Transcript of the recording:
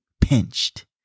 pinched